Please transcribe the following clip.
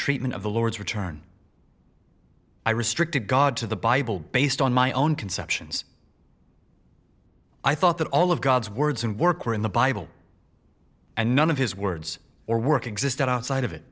treatment of the lord's return i restricted god to the bible based on my own conceptions i thought that all of god's words and work were in the bible and none of his words or work existed outside of it